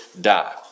die